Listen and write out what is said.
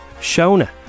Shona